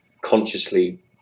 consciously